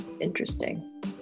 Interesting